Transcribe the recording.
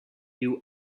you